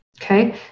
Okay